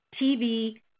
TV